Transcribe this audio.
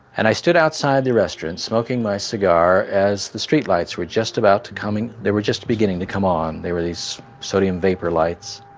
and i stood outside the restaurant smoking my cigar as the streetlights were just about to coming they were just beginning to come on. they were these sodium-vapor lights.